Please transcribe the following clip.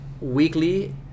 weekly